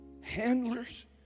handlers